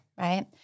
right